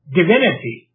divinity